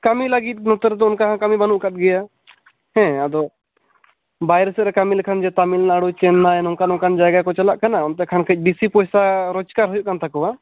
ᱠᱟᱹᱢᱤ ᱞᱟᱹᱜᱤᱫ ᱱᱚᱛᱮ ᱨᱮᱫᱚ ᱚᱱᱠᱟ ᱦᱚᱸ ᱠᱟᱹᱢᱤ ᱵᱟᱹᱱᱩᱜ ᱟᱠᱟᱫ ᱜᱮᱭᱟ ᱦᱮᱸ ᱟᱫᱚ ᱵᱟᱭᱨᱮ ᱥᱮᱫ ᱨᱮ ᱠᱟᱹᱢᱤ ᱞᱮᱠᱷᱟᱱ ᱛᱟᱢᱤᱞᱱᱟᱲᱩ ᱪᱮᱱᱱᱟᱭ ᱱᱚᱝᱠᱟᱱ ᱱᱚᱝᱠᱟᱱ ᱡᱟᱭᱜᱟ ᱠᱚ ᱪᱟᱞᱟᱜ ᱠᱟᱱᱟ ᱚᱱᱛᱮ ᱠᱷᱟᱱ ᱠᱟᱹᱡ ᱵᱤᱥᱤ ᱯᱚᱭᱥᱟ ᱨᱚᱡᱽᱜᱟᱨ ᱦᱩᱭᱩᱜ ᱠᱟᱱ ᱛᱟᱠᱚᱣᱟ